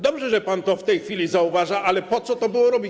Dobrze, że pan to w tej chwili zauważa, ale po co to było robić?